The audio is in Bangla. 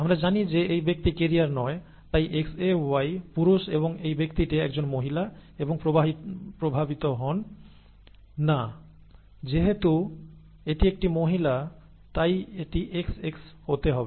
আমরা জানি যে এই ব্যক্তি ক্যারিয়ার নয় তাই XAY পুরুষ এবং এই ব্যক্তিটি একজন মহিলা এবং প্রভাবিত হন না যেহেতু এটি একটি মহিলা তাই এটি XX হতে হবে